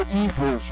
evil